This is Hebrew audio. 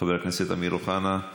חבר הכנסת אמיר אוחנה,